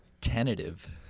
Tentative